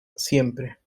siempre